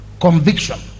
conviction